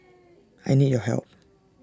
I need your help